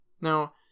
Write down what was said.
Now